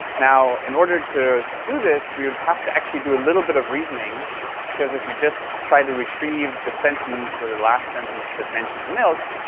now, in order to do this, we'd have to actually do a little bit of reasoning because if you just try to retrieve the sentence or the last sentence that mentions milk.